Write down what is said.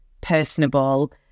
personable